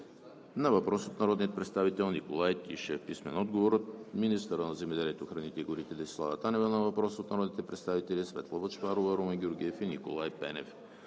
на въпрос от народния представител Николай Тишев; - министъра на земеделието, храните и горите Десислава Танева на въпрос от народните представители Светла Бъчварова, Румен Георгиев и Николай Пенев;